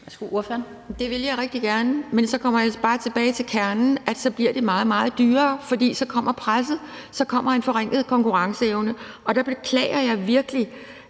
Det vil jeg rigtig gerne, men så kommer jeg bare tilbage til kernen, nemlig at det så bliver meget, meget dyrt, for så kommer presset, så kommer der en forringet konkurrenceevne. Og der beklager jeg virkelig,